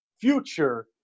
future